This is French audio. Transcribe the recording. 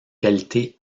qualité